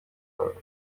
birth